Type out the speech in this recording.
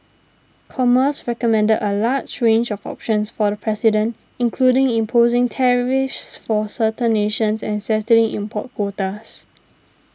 commerce recommended a large range of options for the president including imposing tariffs for certain nations and setting import quotas